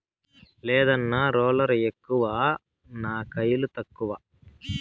లేదన్నా, రోలర్ ఎక్కువ నా కయిలు తక్కువ